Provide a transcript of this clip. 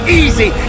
easy